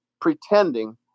pretending